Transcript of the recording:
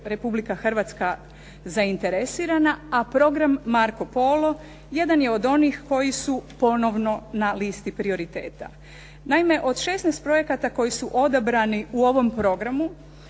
Republika Hrvatska zainteresirana, a program Marko Polo jedan je od onih koji su ponovno na listi prioriteta. Naime, od 16 projekata koji su odabrani u ovom programu